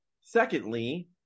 Secondly